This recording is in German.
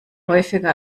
häufiger